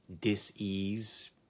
dis-ease